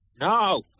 No